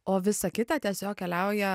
o visa kita tiesiog keliauja